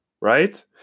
right